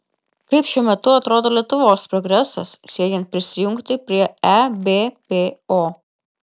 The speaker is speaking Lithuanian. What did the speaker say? kaip šiuo metu atrodo lietuvos progresas siekiant prisijungti prie ebpo